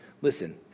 Listen